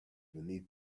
beneath